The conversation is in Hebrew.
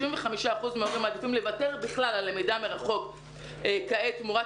75% מההורים מעדיפים לוותר בכלל על למידה מרחוק כעת תמורת